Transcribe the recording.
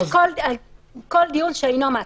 כל דיון שאינו מעצר.